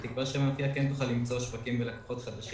בתקווה שיהיו להם לקוחות חדשים.